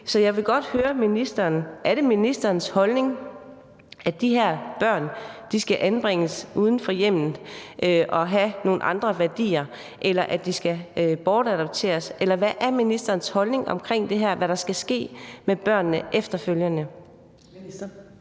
Så jeg vil godt høre ministeren: Er det ministerens holdning, at de her børn skal anbringes uden for hjemmet og have nogle andre værdier, eller at de skal bortadopteres? Eller hvad er ministerens holdning om, hvad der skal ske med børnene efterfølgende?